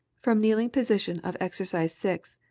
from kneeling position of exercise six,